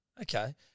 Okay